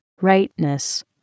rightness